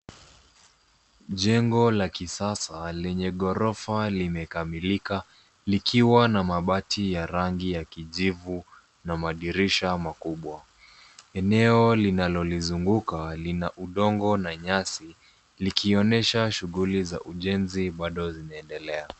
Jengo la kisasa lenye ghorofa limekamilika likiwa na mabati ya rangi ya kijivu na madirisha makubwa. Eneo linalolizunguka lina udongo na nyasi likionyesha shughuli za ujenzi bado zinaendelea.